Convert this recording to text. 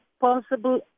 possible